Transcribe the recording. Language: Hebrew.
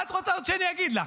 מה את רוצה עוד שאני אגיד לך?